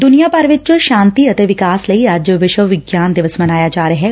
ਦੁਨੀਆਂ ਭਰ ਚ ਸ਼ਾਂਤੀ ਅਤੇ ਵਿਕਾਸ ਲਈ ਅੱਜ ਵਿਸ਼ਵ ਵਿਗਿਆਨ ਦਿਵਸ ਮਨਾਇਆ ਜਾ ਰਿਹੈ